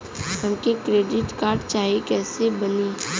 हमके credit card चाही कैसे बनी?